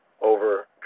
over